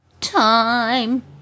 time